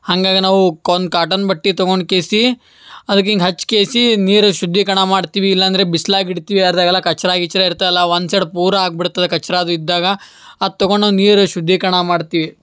ಹಾಗಾಗಿ ನಾವು ಕ್ ಒಂದು ಕಾಟನ್ ಬಟ್ಟೆ ತಗೊಂಡು ಕೇಸಿ ಅದಕ್ಕೆ ಹಿಂಗೆ ಹಚ್ ಕೇ ಸಿ ನೀರು ಶುದ್ಧೀಕರಣ ಮಾಡ್ತೀವಿ ಇಲ್ಲಾಂದರೆ ಬಿಸ್ಲಾಗೆ ಇಡ್ತೀವಿ ಅರ್ದಾಗೆಲ್ಲ ಕಚ್ಡ ಗಿಚ್ಡ ಇರ್ತಾವಲ್ಲ ಒನ್ ಸೈಡ್ ಪೂರ ಆಗ್ಬಿಡ್ತದೆ ಕಚ್ಡ ಅದು ಇದ್ದಾಗ ಅದು ತಗೊಂಡು ನೀರು ಶುದ್ಧೀಕರಣ ಮಾಡ್ತೀವಿ